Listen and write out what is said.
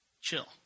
chill